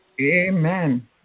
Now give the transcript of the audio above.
Amen